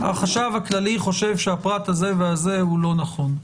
החשב הכללי חושב שהפרט הזה והזה אינו נכון.